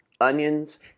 onions